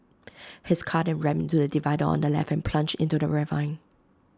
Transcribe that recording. his car then rammed into the divider on the left and plunged into the ravine